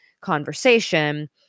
conversation